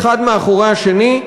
האחד מאחורי השני,